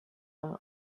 are